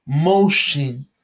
motion